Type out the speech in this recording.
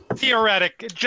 Theoretic